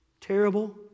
terrible